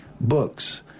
books